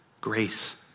grace